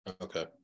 okay